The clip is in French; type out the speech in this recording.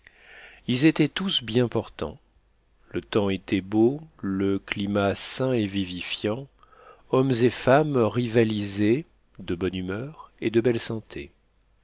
ils étaient tous bien portants le temps était beau le climat sain et vivifiant hommes et femmes rivalisaient de bonne humeur et de belle santé